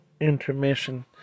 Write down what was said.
intermission